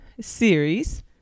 series